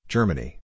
Germany